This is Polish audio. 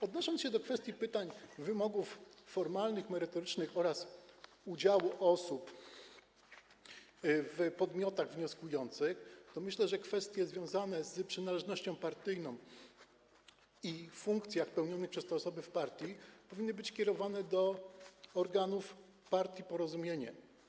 Odnosząc się do pytań o wymogi formalne, merytoryczne oraz udział osób w podmiotach wnioskujących, myślę, że pytania o kwestie związane z przynależnością partyjną i funkcjami pełnionymi przez te osoby w partii powinny być kierowane do organów partii Porozumienie.